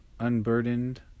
unburdened